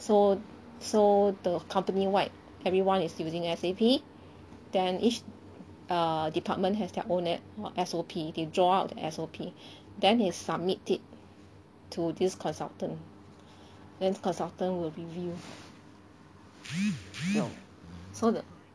so so the company wide everyone is using S_A_P then each err department has their own S_O_P they draw out the S_O_P then they submit it to this consultant then consultant will review your so the